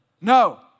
No